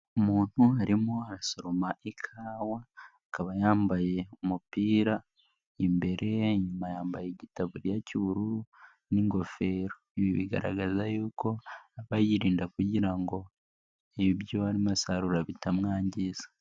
Umuntu arimo arasoroma ikawa akaba yambaye umupira imbere, inyuma yambaye igitaburiya cy'ubururu n'ingofero, ibi bigaragaza yuko aba yirinda kugira ngo ibyo arimo asoroma bitamwangiza.